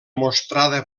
mostrada